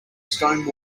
stone